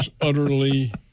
utterly